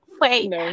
wait